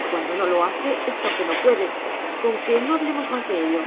y cuando no lo hace es porque no puede con que no hablemos mas de ello